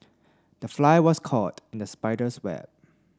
the fly was caught in the spider's web